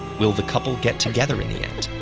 will the couple get together in the end?